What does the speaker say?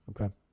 Okay